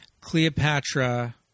Cleopatra